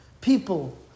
people